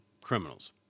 criminals